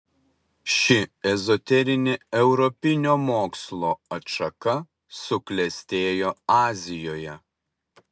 ši ezoterinė europinio mokslo atšaka suklestėjo azijoje